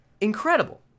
incredible